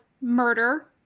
murder